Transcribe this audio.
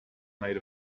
made